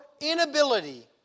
inability